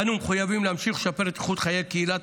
אנו מחויבים להמשיך לשפר את איכות חיי קהילת